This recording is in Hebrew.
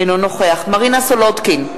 אינו נוכח מרינה סולודקין,